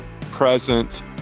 present